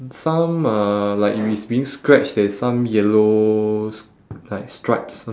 some uh like if it's being scratched there is some yellow s~ like stripes